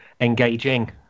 engaging